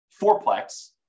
fourplex